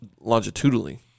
longitudinally